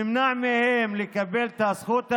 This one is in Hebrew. נמנע מהם לקבל את הזכות הזו.